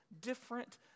different